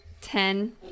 Ten